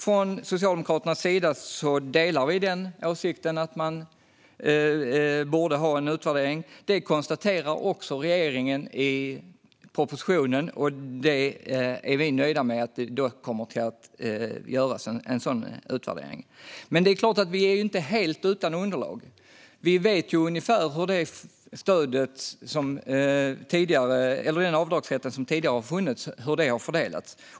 Från Socialdemokraternas sida delar vi åsikten att man borde göra en utvärdering. Detta konstaterar också regeringen i propositionen, och vi är nöjda med att det kommer att göras en sådan utvärdering. Men vi är såklart inte helt utan underlag; vi vet ungefär hur den avdragsrätt som redan tidigare har funnits har fördelats.